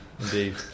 Indeed